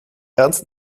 ernst